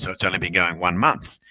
so it's only been going one month.